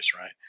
right